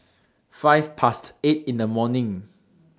five Past eight in The morning